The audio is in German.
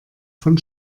von